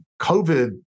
COVID